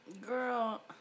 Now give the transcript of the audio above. girl